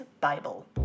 Bible